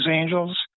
angels